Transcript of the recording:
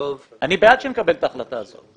אני בעד שנקבל את ההחלטה הזאת,